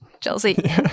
Chelsea